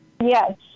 yes